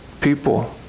people